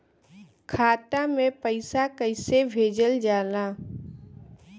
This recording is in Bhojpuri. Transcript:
खाता में पैसा कैसे भेजल जाला?